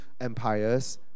empires